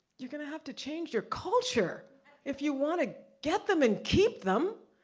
you're gonna have to change your culture if you wanna get them and keep them.